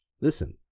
Listen